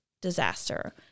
disaster